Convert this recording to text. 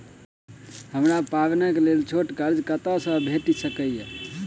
हमरा पाबैनक लेल छोट कर्ज कतऽ सँ भेटि सकैये?